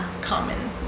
common